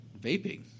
vaping